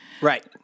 Right